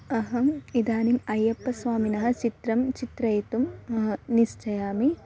अहम् इदानीम् अय्यप्पस्वामिनः चित्रं चित्रयितुं निश्चयामि